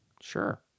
Sure